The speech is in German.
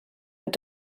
mit